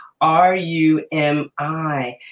R-U-M-I